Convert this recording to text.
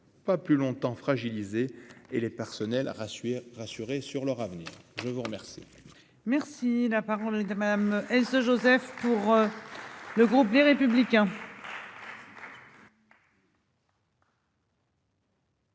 pas plus longtemps fragilisé et les personnels rassurer rassurés sur leur avenir, je vous remercie.